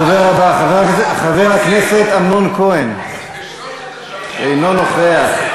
הדובר הבא, חבר הכנסת אמנון כהן, אינו נוכח.